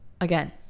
Again